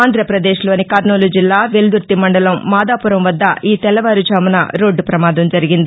ఆంధ్రప్రదేశ్లోని కర్నూలు జిల్లా వెల్గుర్తి మండలం మాదాపురం వర్ద ఈ తెల్లవారుజామున రోడ్లు పమాదం జరిగింది